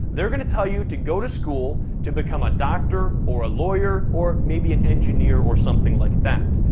they're gonna tell you to go to school to become a doctor or a lawyer, or maybe an engineer, or something like that.